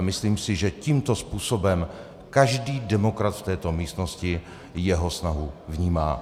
Myslím si, že tímto způsobem každý demokrat v této místnosti jeho snahu vnímá.